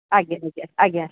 ଆଜ୍ଞା ଆଜ୍ଞା ଆଜ୍ଞା